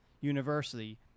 University